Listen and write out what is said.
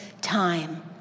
time